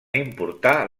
importar